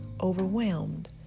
overwhelmed